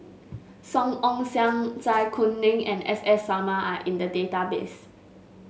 Song Ong Siang Zai Kuning and S S Sarma are in the database